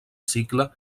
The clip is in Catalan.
cicle